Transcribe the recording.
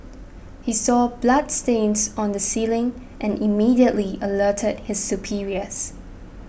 he saw bloodstains on the ceiling and immediately alerted his superiors